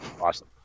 Awesome